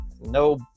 No